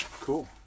Cool